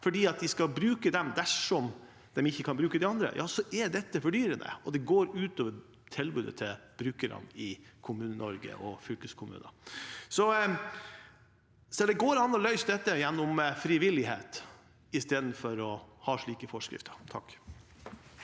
fordi de skal bruke dem dersom de ikke kan bruke de andre, er dette fordyrende, og det går ut over tilbudet til brukerne i Kommune-Norge og i fylkeskommunene. Det går an å løse dette gjennom frivillighet istedenfor å ha slike forskrifter.